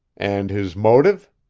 and his motive?